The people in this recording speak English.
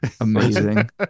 Amazing